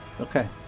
Okay